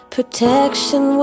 Protection